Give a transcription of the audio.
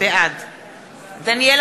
בעד דניאל